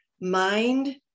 mind